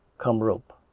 come rope!